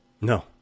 No